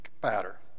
batter